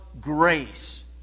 grace